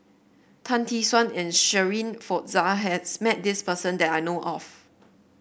Tan Tee Suan and Shirin Fozdar has met this person that I know of